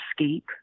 escape